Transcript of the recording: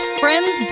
friends